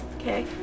Okay